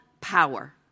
power